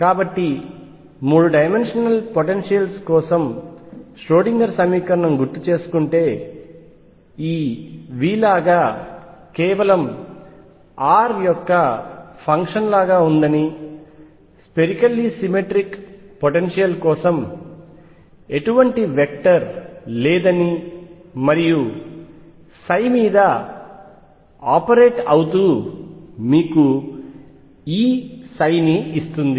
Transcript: కాబట్టి 3 dimensional potentials కోసం Schrodinger సమీకరణం గుర్తు చేసుకుంటే ఈ V లాగా కేవలం r యొక్క ఫంక్షన్ లాగా ఉందని స్పెరికల్లీ సిమెట్రిక్ పొటెన్షియల్ కోసం ఎటువంటి వెక్టర్ లేదని మరియు ఇది మీద ఆపరేట్ అవుతూ మీకు E ని ఇస్తుంది